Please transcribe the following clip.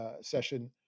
session